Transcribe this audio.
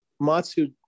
Matsu